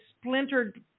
splintered